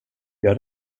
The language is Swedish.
jag